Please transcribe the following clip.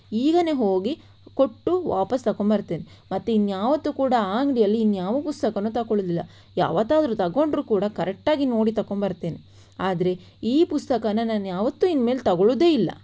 ಈಗಲೇ ಹೋಗಿ ಕೊಟ್ಟು ವಾಪಸು ತಕೊಂಬರ್ತೇನೆ ಮತ್ತೆ ಇನ್ಯಾವತ್ತೂ ಕೂಡ ಆ ಅಂಗಡಿಯಲ್ಲಿ ಇನ್ಯಾವ ಪುಸ್ತಕಾನು ತಕೊಳ್ಳುದಿಲ್ಲ ಯಾವತ್ತಾದರೂ ತಗೊಂಡ್ರು ಕೂಡ ಕರೆಕ್ಟ್ ಆಗಿ ನೋಡಿ ತಕೊಂಬರ್ತೇನೆ ಆದರೆ ಈ ಪುಸ್ತಕಾನ ನಾನ್ಯಾವತ್ತೂ ಇನ್ನು ಮೇಲೆ ತಗೊಳ್ಳುದೇ ಇಲ್ಲ